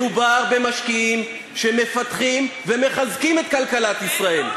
מדובר במשקיעים שמפתחים ומחזקים את כלכלת ישראל.